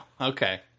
Okay